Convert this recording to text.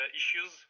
issues